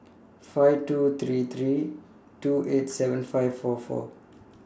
five two three three two eight seven five four four